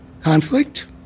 Conflict